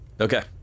Okay